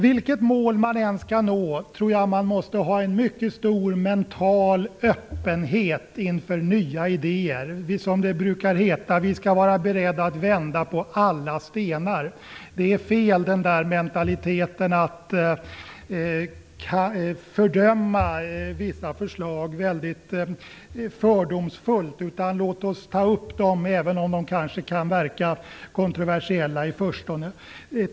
Vilket mål man än skall nå tror jag att man måste ha en mycket stor mental öppenhet inför nya idéer. Som det brukar heta: Vi skall vara beredda att vända på alla stenar. Mentaliteten att mycket fördomsfullt fördöma vissa förslag är fel. Låt oss ta upp dem även om de kan verka kontroversiella i förstone.